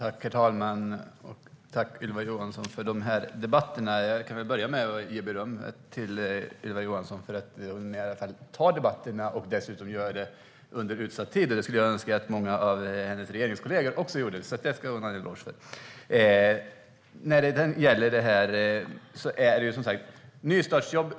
Herr talman! Tack, Ylva Johansson, för de här debatterna! Jag ska börja med att ge beröm till Ylva Johansson för att hon tar debatterna och dessutom gör det inom utsatt tid. Det skulle jag önska att många av hennes regeringskollegor också gjorde. Det ska hon alltså ha en eloge för.